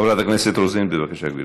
חברת הכנסת רוזין, בבקשה, גברתי.